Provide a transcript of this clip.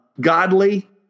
godly